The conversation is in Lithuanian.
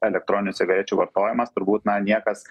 elektroninių cigarečių vartojimas turbūt na niekas